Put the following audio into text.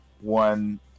one